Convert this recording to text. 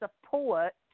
support